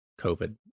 COVID